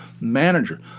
Manager